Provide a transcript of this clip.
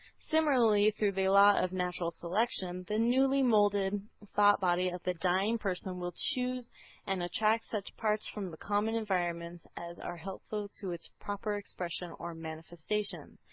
similarly, through the law of natural selection the newly moulded thought-body of the dying person will choose and attract such parts from the common environments as are helpful to its proper expression or manifestation.